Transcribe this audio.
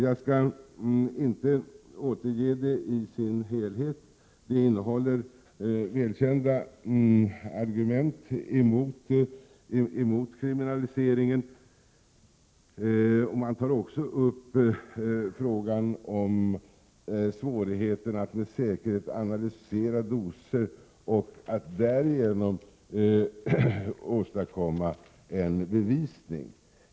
Jag skall inte återge det i sin helhet, men det innehåller välkända argument emot kriminalisering. Svårigheterna att med säkerhet analysera doser för att därigenom åstadkomma bevisning tas också upp.